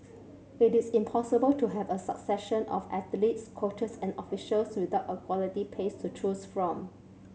it is impossible to have a succession of athletes coaches and officials without a quality base to choose from